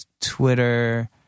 Twitter